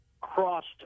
crossed